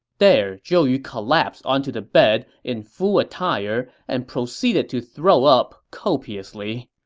there, zhou yu collapsed onto the bed in full attire and proceeded to throw up copiously.